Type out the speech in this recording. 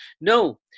No